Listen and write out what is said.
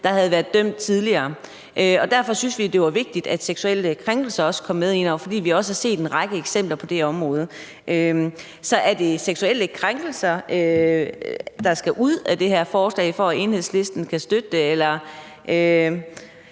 der havde været dømt tidligere, og derfor syntes vi, det var vigtigt, at seksuelle krænkelser også kom med indover, og fordi vi også har set en række eksempler på det område. Så skal seksuelle krænkelser ud af det her forslag, for at Enhedslisten kan støtte det? Jeg